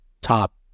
top